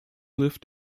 lived